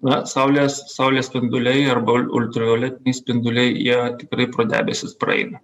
na saulės saulės spinduliai arba ul ultravioletiniai spinduliai jie tikrai pro debesis praeina